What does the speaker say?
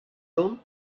dont